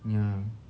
ya